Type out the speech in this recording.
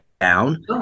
down